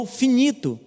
finito